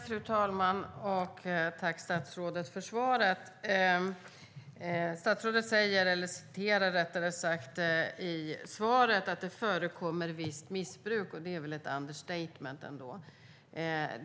Fru talman! Tack, statsrådet, för svaret! Statsrådet citerar ur utredningen "att det förekommer ett visst missbruk", och det är väl ändå ett understatement.